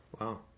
wow